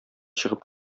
чыгып